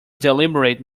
deliberate